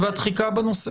החקיקה והתחיקה בנושא.